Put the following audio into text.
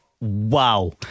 Wow